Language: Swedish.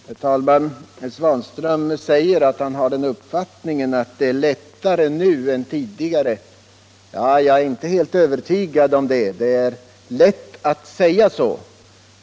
Herr talman! Herr Svanström sade att han har uppfattningen att det är lättare nu än tidigare att få vapenfri tjänst. Jag är inte helt övertygad om det. Det är lätt att säga så.